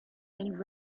and